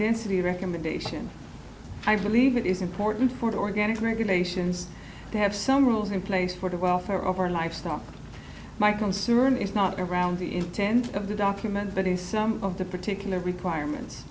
density recommendation i believe it is important for the organic regulations to have some rules in place for the welfare of our livestock my concern is not around the intent of the document but is some of the particular requirements